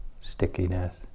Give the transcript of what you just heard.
stickiness